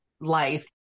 life